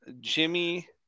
Jimmy